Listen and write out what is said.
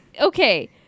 Okay